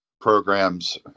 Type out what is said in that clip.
programs